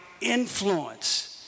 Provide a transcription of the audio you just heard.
influence